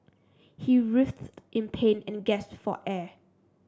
he writhed in pain and gasped for air